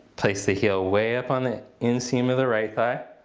place the heel way up on the inseam of the right thigh.